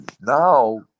now